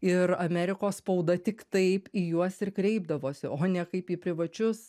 ir amerikos spauda tik taip į juos ir kreipdavosi o ne kaip į privačius